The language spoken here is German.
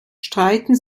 streiten